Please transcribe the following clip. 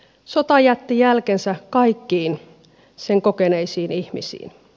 sota jätti jälkensä kaikkiin sen kokeneisiin ihmisiin